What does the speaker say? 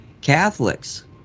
Catholics